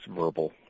verbal